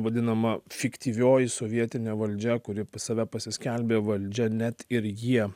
vadinama fiktyvioji sovietinė valdžia kuri save pasiskelbė valdžia net ir jie